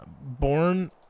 born